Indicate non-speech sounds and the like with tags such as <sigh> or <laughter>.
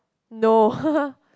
no <laughs>